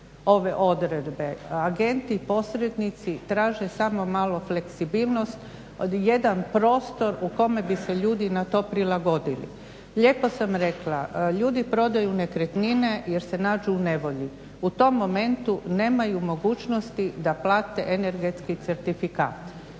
ove odredbe. Agenti posrednici traže samo malo fleksibilnost, jedan prostor u kome bi se ljudi na to prilagodili. Lijepo sam rekla ljudi prodaju nekretnine jer se nađu u nevolji. U tom momentu nemaju mogućnosti da plate energetski certifikat,